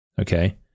Okay